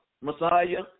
Messiah